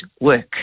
work